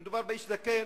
מדובר באיש זקן.